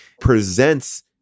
presents